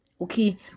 okay